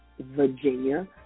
Virginia